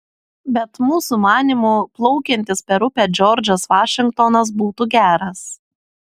bet mūsų manymu plaukiantis per upę džordžas vašingtonas būtų geras